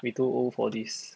we too old for this